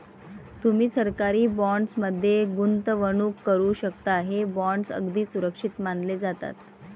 तुम्ही सरकारी बॉण्ड्स मध्ये गुंतवणूक करू शकता, हे बॉण्ड्स अगदी सुरक्षित मानले जातात